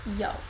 Yo